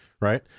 Right